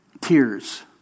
Tears